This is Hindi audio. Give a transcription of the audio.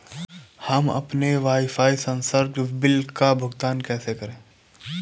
हम अपने वाईफाई संसर्ग बिल का भुगतान कैसे करें?